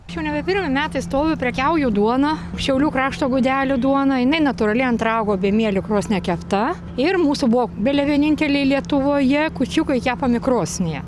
aš jau nebe pirmi metai stoviu prekiauju duona šiaulių krašto gudelių duona jinai natūrali ant raugo be mielių krosny kepta ir mūsų buvo bele vieninteliai lietuvoje kūčiukai kepami krosnyje